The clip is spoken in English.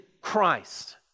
Christ